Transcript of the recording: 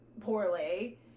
poorly